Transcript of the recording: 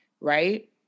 right